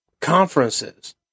conferences